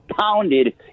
pounded